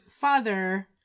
father